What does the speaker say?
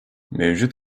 mevcut